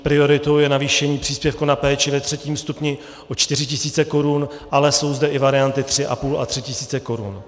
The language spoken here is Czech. Prioritou je navýšení příspěvku na péči ve třetím stupni o 4 tisíce korun, ale jsou zde i varianty 3,5 a 3 tisíce korun.